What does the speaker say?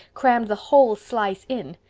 crammed the whole slice in.